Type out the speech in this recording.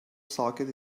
socket